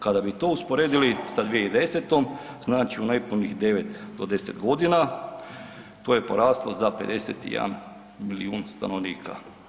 Kada bi to usporedili sa 2010., znači u nepunih 9 do 10 g., to je poraslo za 51 milijun stanovnika.